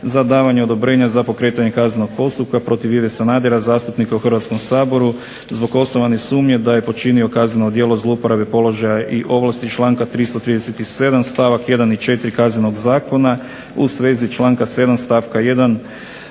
za davanje odobrenja za pokretanje kaznenog postupka protiv Ive Sanadera zastupnika u Hrvatskom saboru zbog osnovane sumnje da je počinio kazneno djelo primanja mita iz članka 347. stavka 1. Kaznenog zakona. Ivo Sanader